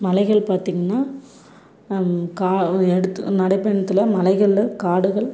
மலைகள் பார்த்திங்கன்னா கா எடுத்து நடைப்பயணத்தில் மலைகளில் காடுகள்